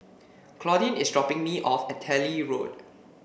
Claudine is dropping me off at Delhi Road